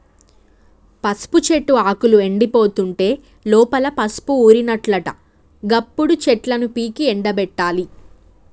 పసుపు చెట్టు ఆకులు ఎండిపోతుంటే లోపల పసుపు ఊరినట్లట గప్పుడు చెట్లను పీకి ఎండపెట్టాలి